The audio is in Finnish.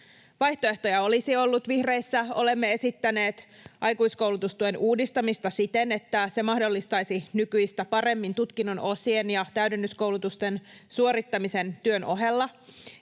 Vaihtoehtoja olisi ollut. Vihreissä olemme esittäneet aikuiskoulutustuen uudistamista siten, että se mahdollistaisi nykyistä paremmin tutkinnon osien ja täydennyskoulutusten suorittamisen työn ohella